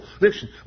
listen